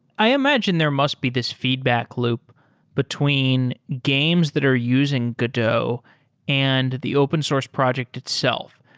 i imagine there must be this feedback loop between games that are using godot and the open source project itself.